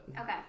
Okay